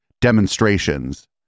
demonstrations